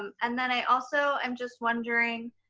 um and then i also, i'm just wondering,